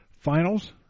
finals